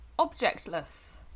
Objectless